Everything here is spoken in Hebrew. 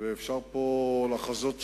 ואפשר פה לחזות שחורות,